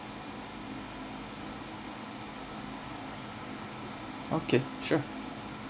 okay sure